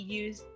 use